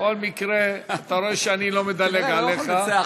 בכל מקרה, אתה רואה שאני לא מדלג עליך.